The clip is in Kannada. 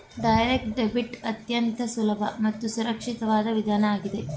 ಡೈರೆಕ್ಟ್ ಡೆಬಿಟ್ ಅತ್ಯಂತ ಸುಲಭ ಮತ್ತು ಸುರಕ್ಷಿತವಾದ ವಿಧಾನ ಆಗಿದೆ